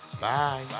bye